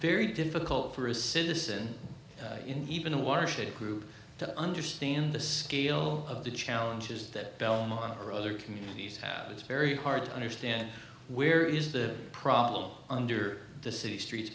very difficult for a citizen in even a watershed group to understand the scale of the challenges that other communities have it's very hard to understand where is the problem under the city streets